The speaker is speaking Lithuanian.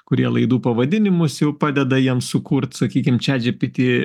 kurie laidų pavadinimus jau padeda jiem sukurt sakykim čia džy py tį